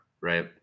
right